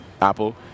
apple